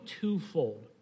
twofold